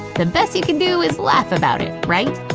the best you can do is laugh about it, right?